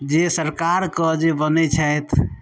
जे सरकारके जे बनै छथि